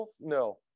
no